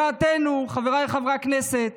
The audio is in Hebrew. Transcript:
דעתנו, חבריי חברי הכנסת,